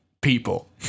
people